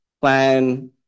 plan